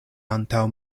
antaŭ